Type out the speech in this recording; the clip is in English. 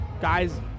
guys